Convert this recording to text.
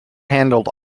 handled